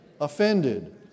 Offended